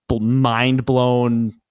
mind-blown